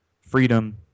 freedom